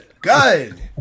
good